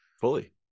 Fully